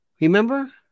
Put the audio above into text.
remember